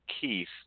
keith